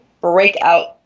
breakout